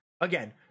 again